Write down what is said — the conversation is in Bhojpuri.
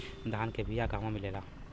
धान के बिया कहवा मिलेला?